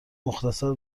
مختصر